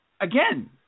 Again